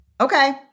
Okay